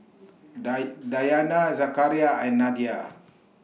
dye Dayana Zakaria and Nadia